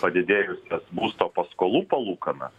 padidėjusias būsto paskolų palūkanas